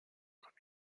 comme